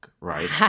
right